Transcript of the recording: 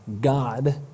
God